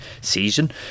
season